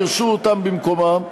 יירשו אותם במקומם,